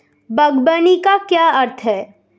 बागवानी का क्या अर्थ है?